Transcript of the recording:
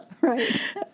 Right